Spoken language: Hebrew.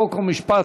חוק ומשפט,